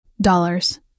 Dollars